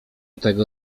tego